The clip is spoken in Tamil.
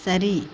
சரி